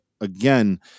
again